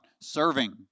serving